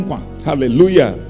Hallelujah